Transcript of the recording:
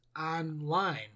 online